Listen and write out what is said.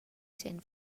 sent